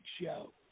show